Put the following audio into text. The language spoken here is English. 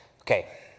Okay